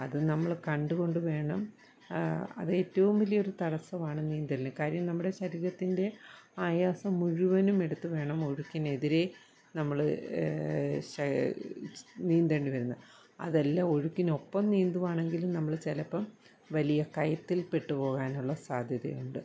അതു നമ്മൾ കണ്ടു കൊണ്ടു വേണം അത് ഏറ്റവും വലിയൊരു തടസ്സമാണ് നീന്തലിന് കാര്യം നമ്മുടെ ശരീരത്തിൻ്റെ ആയാസം മുഴുവനും എടുത്തു വേണം ഒഴുകിനെതിരെ നമ്മൾ ശേ നീന്തേണ്ടി വരുന്നത് അതല്ല ഒഴുക്കിനൊപ്പം നീന്തുവാണെങ്കിലും നമ്മൾ ചിലപ്പം വലിയ കയത്തിൽ പെട്ടു പോകാനുള്ള സാദ്ധ്യതയുണ്ട്